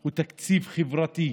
הוא תקציב חברתי,